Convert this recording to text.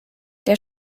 der